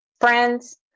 Friends